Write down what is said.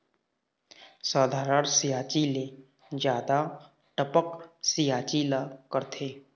साधारण सिचायी ले जादा टपक सिचायी ला करथे